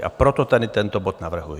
A proto tady tento bod navrhuji.